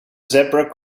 zebra